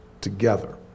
together